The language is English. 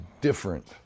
different